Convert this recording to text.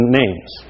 names